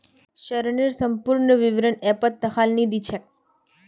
ऋनेर संपूर्ण विवरण ऐपत दखाल नी दी छेक